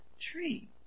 tree